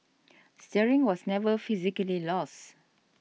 steering was never physically lost